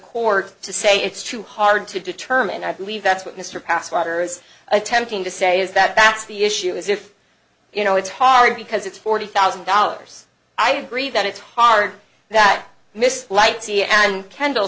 court to say it's too hard to determine i believe that's what mr passengers attempting to say is that that's the issue is if you know it's hard because it's forty thousand dollars i agree that it's hard that miss lighty and kendall